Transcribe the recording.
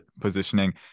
positioning